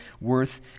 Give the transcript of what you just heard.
worth